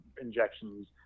injections